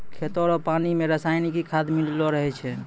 खेतो रो पानी मे रसायनिकी खाद मिल्लो रहै छै